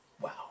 Wow